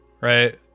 right